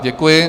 Děkuji.